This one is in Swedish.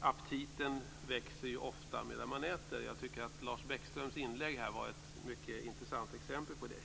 Aptiten växer ofta medan man äter. Lars Bäckströms inlägg här var ett mycket intressant exempel på det.